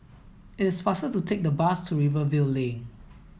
it is faster to take the bus to Rivervale Link